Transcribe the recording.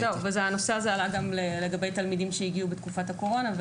הנושא הזה עלה גם לגבי תלמידים שהגיעו בתקופת הקורונה,